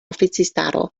oficistaro